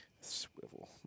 Swivel